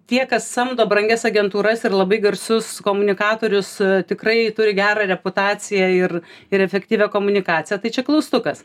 tie kas samdo brangias agentūras ir labai garsius komunikatorius tikrai turi gerą reputaciją ir ir efektyvią komunikaciją tai čia klaustukas